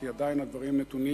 כי עדיין הדברים נתונים